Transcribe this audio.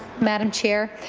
madam chair.